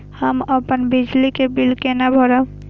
हम अपन बिजली के बिल केना भरब?